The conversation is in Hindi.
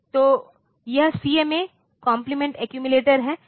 तो यह CMA कॉम्प्लीमेंट एक्यूमिलेटर है